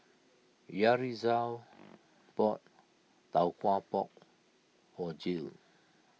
Yaritza bought Tau Kwa Pau for Jill